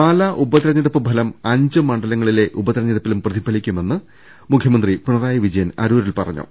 പാലാ ഉപതെരഞ്ഞെടുപ്പ് ഫലം അഞ്ച് മണ്ഡല്ങ്ങളിലെ ഉപ തെരഞ്ഞെടുപ്പിലും പ്രതിഫലിക്കുമെന്ന് മുഖ്യമന്ത്രി പിണ റായി വിജയൻ അരൂരിൽ പറഞ്ഞു